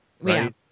right